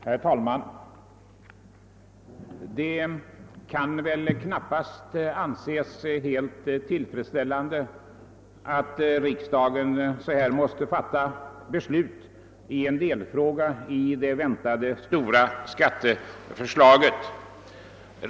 Herr talman! Det kan knappast anses tillfredsställande att riksdagen på detta sätt måste fatta beslut i en delfråga i det väntade stora skatteförslaget.